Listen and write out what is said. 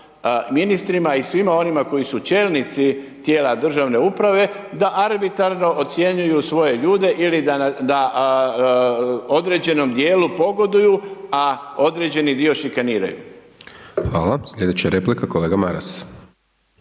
ministrima i svima onima koji su čelnici tijela državne uprave da arbitrarno ocjenjuju svoje ljude ili da određenom dijelu pogoduju a određeni dio šikaniraju. **Hajdaš Dončić, Siniša